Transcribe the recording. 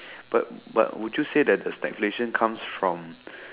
but but would you say that the speculations comes from